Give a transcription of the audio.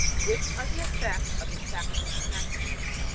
which are the effects of the sacrament of matrimony?